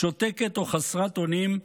שותקת או חסרת אונים,